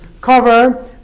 cover